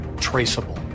traceable